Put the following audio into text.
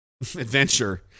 adventure